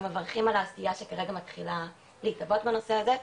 אנחנו מברכים על העשייה שכרגע מתחילה להתהוות בנושא הזה,